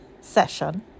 session